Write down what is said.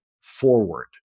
forward